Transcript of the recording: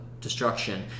Destruction